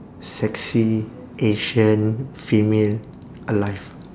sexy asian female alive